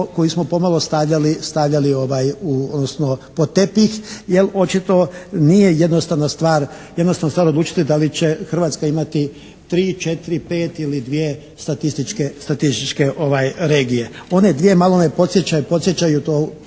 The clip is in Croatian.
koju smo pomalo stavljali, odnosno pod tepih jer očito nije jednostavna stvar odlučiti da li će Hrvatska imati tri, četiri, pet ili dvije statističke regije. One dvije malo me podsjećaju, to ja